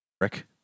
Rick